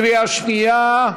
קריאה שנייה.